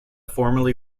formerly